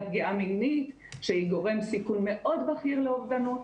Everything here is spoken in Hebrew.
פגיעה מינית שהיא גורם סיכון מאוד בהיר לאובדנו,